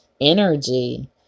energy